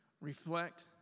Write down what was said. Reflect